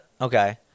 Okay